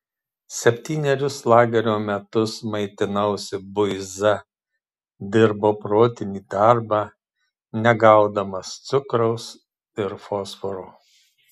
septynerius lagerio metus maitinausi buiza dirbau protinį darbą negaudamas cukraus ir fosforo